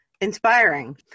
inspiring